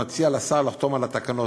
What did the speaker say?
מציע לשר לחתום על התקנות.